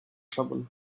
trouble